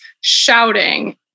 shouting